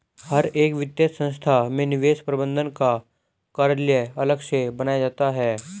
हर एक वित्तीय संस्था में निवेश प्रबन्धन का कार्यालय अलग से बनाया जाता है